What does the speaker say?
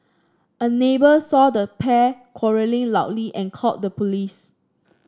a neighbour saw the pair quarrelling loudly and called the police